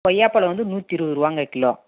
கொய்யாப்பழ வந்து நூற்றி இருபத்துருவாங்க கிலோ